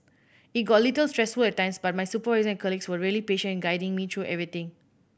it got a little stressful at times but my supervisor and colleagues were really patient in guiding me through everything